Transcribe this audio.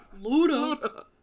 luda